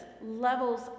levels